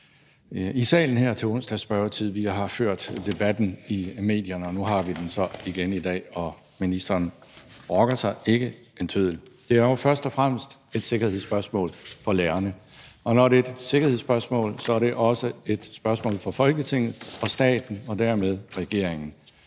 i salen her i onsdagsspørgetiden, vi har ført debatten i medierne, og nu har vi den så igen i dag – og ministeren rokker sig ikke en tøddel. Det er jo først og fremmest et sikkerhedsspørgsmål for lærerne, og når det er et sikkerhedsspørgsmål, så er det også et spørgsmål for Folketinget, for staten og dermed for regeringen.